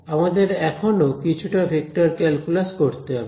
আমাদের এখনো কিছুটা ভেক্টর ক্যালকুলাস করতে হবে